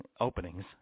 openings